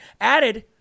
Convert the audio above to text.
Added